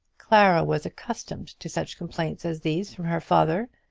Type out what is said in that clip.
clara was accustomed to such complaints as these from her father.